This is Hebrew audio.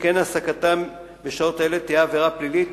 שכן העסקתם בשעות אלה תהיה עבירה פלילית.